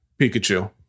Pikachu